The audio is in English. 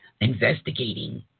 investigating